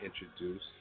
introduce